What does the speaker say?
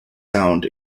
sound